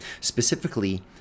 specifically